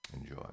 Enjoy